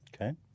Okay